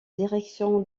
direction